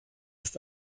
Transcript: ist